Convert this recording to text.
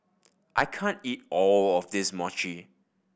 I can't eat all of this Mochi